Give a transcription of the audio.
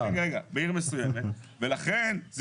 זה חלק מרחוב ראשי בעיר מסוימת ולכן זה